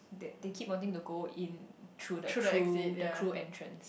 they they keep bonding the goal into the crew the crew entrance